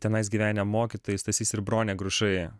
tenais gyvenę mokytojai stasys ir bronė grušai